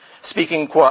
speaking